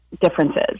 differences